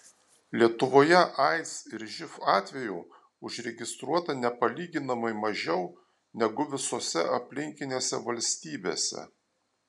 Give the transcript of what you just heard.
lietuvoje aids ir živ atvejų užregistruota nepalyginamai mažiau negu visose aplinkinėse valstybėse